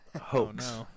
hoax